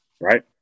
Right